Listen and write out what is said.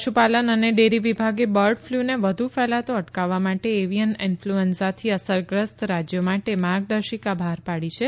પશુપાલન અને ડેરી વિભાગે બર્ડ ફલુને વધુ ફેલાતો અટકાવવા માટે એવિયન ઇન્ફલુએન્ઝાથી અસરગ્રસ્ત રાજ્યો માટે માર્ગદર્શિકા બહાર પાડી છે